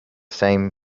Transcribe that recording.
same